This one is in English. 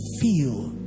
feel